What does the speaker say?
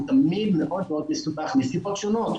הוא תמיד מאוד מאוד מסובך מסיבות שונות,